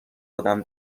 آدم